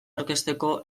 aurkezteko